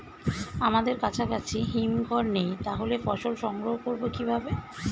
আমাদের কাছাকাছি হিমঘর নেই তাহলে ফসল সংগ্রহ করবো কিভাবে?